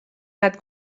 net